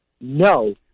No